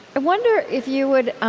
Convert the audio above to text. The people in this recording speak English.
i wonder if you would,